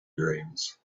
dreams